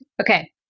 Okay